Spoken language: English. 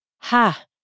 Ha